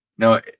No